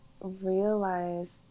realize